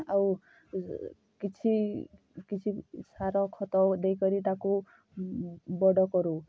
ଆଉ କିଛି କିଛି ସାର ଖତ ଦେଇକରି ତା'କୁ ବଡ଼ କରୁ